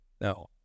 No